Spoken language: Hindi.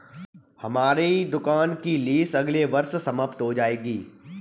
हमारी दुकान की लीस अगले वर्ष समाप्त हो जाएगी